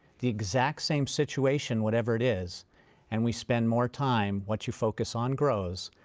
the exact same situation whatever it is and we spend more time once you focus on grows,